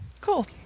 Cool